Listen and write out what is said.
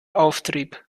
auftrieb